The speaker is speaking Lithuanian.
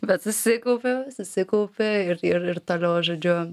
bet susikaupi susikaupi ir ir ir toliau žodžiu